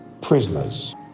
prisoners